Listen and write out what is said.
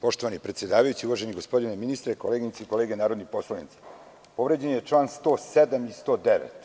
Poštovani predsedavajući, uvaženi gospodine ministre, koleginice i kolege narodni poslanici, povređen je član 107. i 109.